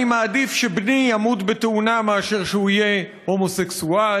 אני מעדיף שבני ימות בתאונה מאשר שהוא יהיה הומוסקסואל.